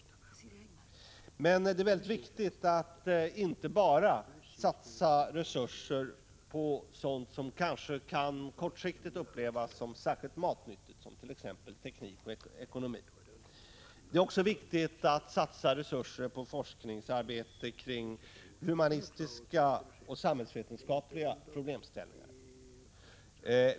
Det är emellertid mycket viktigt att man inte bara satsar resurser på sådant som kortsiktigt kanske kan upplevas som särskilt matnyttigt, t.ex. teknik och ekonomi. Det är angeläget att resurser satsas också på forskningsarbete kring humanistiska och samhällsvetenskapliga problemställningar.